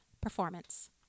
Performance